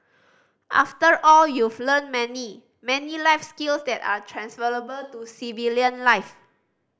after all you've learnt many many life skills that are transferable to civilian life